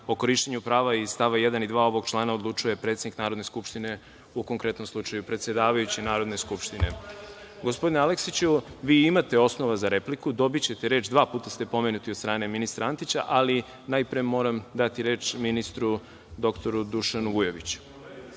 o korišćenju prava iz stava 1. i 2. ovog člana odlučuje predsednik Narodne skupštine, u konkretnom slučaju predsedavajući Narodne skupštine. Gospodine Aleksiću, vi imate osnova za repliku, dobićete reč, dva puta ste pomenuti od strane ministra Antića, ali prvo moram dati reč ministru dr Dušanu Vujoviću.